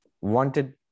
wanted